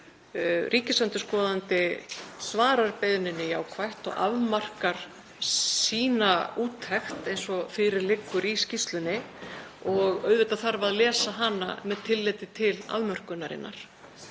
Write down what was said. ríkisendurskoðandi svarar beiðninni jákvætt og afmarkar sína úttekt eins og fyrir liggur í skýrslunni og auðvitað þarf að lesa hana með tilliti til afmörkunarinnar.